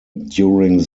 during